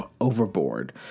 Overboard